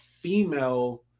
female